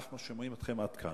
אנחנו שומעים אתכם עד כאן,